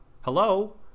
Hello